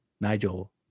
Nigel